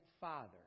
father